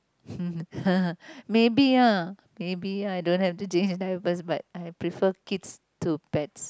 maybe ah maybe I don't have to change diapers but I prefer kids to pets